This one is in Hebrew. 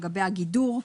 לגבי הגידור,